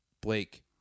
Blake